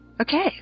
okay